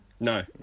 No